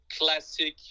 classic